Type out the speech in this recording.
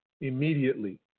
immediately